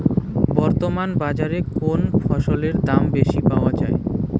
বর্তমান বাজারে কোন ফসলের দাম বেশি পাওয়া য়ায়?